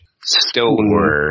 stone